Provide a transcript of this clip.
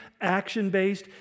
action-based